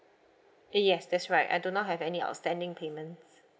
yes that's right I do not have any outstanding payment